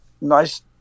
nice